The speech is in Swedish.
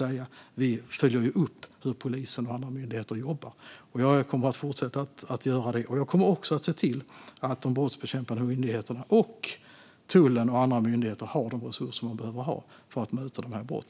noga. Vi följer upp hur polisen och andra myndigheter jobbar. Jag kommer att fortsätta göra det och kommer också att se till att de brottsbekämpande myndigheterna - tullen och andra myndigheter - har de resurser som de behöver för att möta dessa brott.